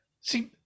See